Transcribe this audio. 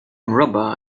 rubber